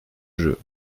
jeu